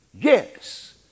Yes